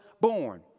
born